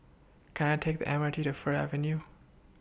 Can I Take The M R T to Fir Avenue